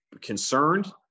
concerned